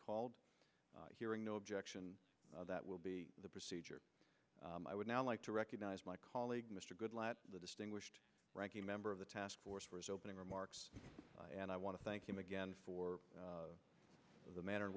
called hearing no objection that will be the procedure i would now like to recognize my colleague mr goodlatte the distinguished ranking member of the task force for his opening remarks and i want to thank him again for the manner in